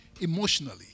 emotionally